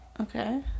Okay